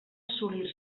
assolir